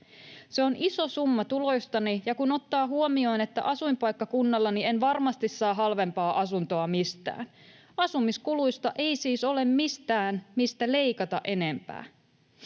Se on iso summa tuloistani, ja kun ottaa huomioon, että asuinpaikkakunnallani en varmasti saa halvempaa asuntoa mistään, asumiskuluissa ei siis ole mitään, mistä leikata enempää.